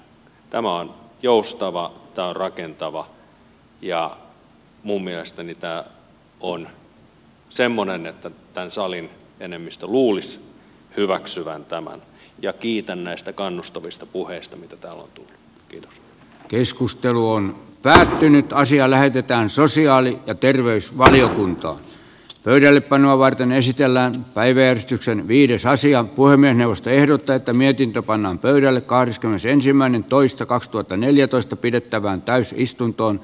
tämä on joustava tämä on rakentava ja minun mielestäni tämä on semmoinen että luulisi tämän salin enemmistön hyväksyvän tämän ja kiitän näistä kannustavista puheista mitä täällä on päätynyt asia lähetetään sosiaali ja terveysvaliokunta lyö panoa varten esitellään päiväjärjestyksen viides asian puiminen neuvosto ehdottaa että mietintö pannaan pöydälle kahdeskymmenesensimmäinen toista kaksituhattaneljätoista pidettävään täysistunto